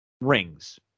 rings